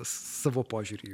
savo požiūrį